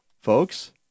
folks